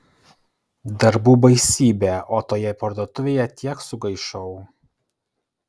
darbų baisybė o toje parduotuvėje tiek sugaišau